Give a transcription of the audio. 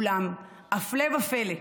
אולם הפלא ופלא,